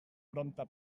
prompte